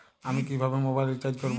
আমি কিভাবে mobile recharge করব?